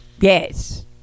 Yes